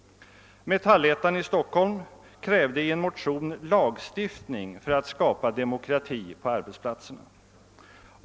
Metallettan i Stockholm krävde i en motion lagstiftning för att skapa demokrati på arbetsplatserna.